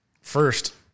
First